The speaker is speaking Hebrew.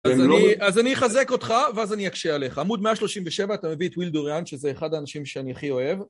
אז אני אחזק אותך, ואז אני אקשה עליך. עמוד 137, אתה מביא את וילד אוריאן, שזה אחד האנשים שאני הכי אוהב.